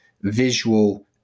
visual